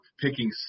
picking